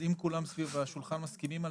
אם כולם סביב השולחן מסכימים לזה,